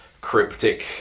cryptic